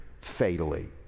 fatally